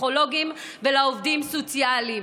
לפסיכולוגים ולעובדים הסוציאליים,